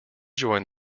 joined